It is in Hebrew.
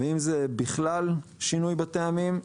ואם זה בכלל שינוי בטעמים.